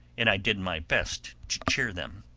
and i did my best to cheer them.